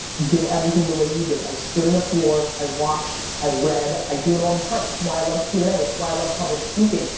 did everything the way you did. i stood on a floor, i watched, i read. i do it all the time. it's why i love q an a, it's why i love public speaking,